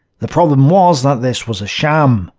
the problem was that this was a sham.